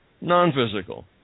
non-physical